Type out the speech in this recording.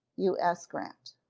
u s. grant.